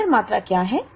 order मात्रा क्या हैं